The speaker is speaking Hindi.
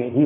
होगा